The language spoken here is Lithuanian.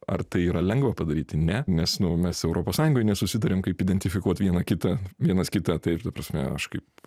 ar tai yra lengva padaryt ne nes mes europos sąjungoj nesusiduriam kaip identifikuot vieną kitą vienas kitą taip ta prasme aš kaip